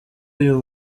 uyu